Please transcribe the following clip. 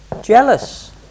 jealous